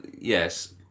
yes